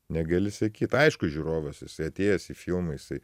negali sakyt aišku žiūrovas jisai atėjęs į filmą jisai